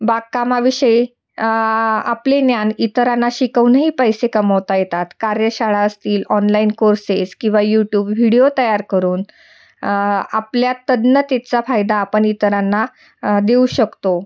बागकामाविषयी आपले ज्ञान इतरांना शिकवूनही पैसे कमवता येतात कार्यशाळा असतील ऑनलाईन कोर्सेस किंवा यूट्यूब व्हिडिओ तयार करून आपल्या तज्ज्ञतेचा फायदा आपण इतरांना देऊ शकतो